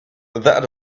that